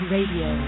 Radio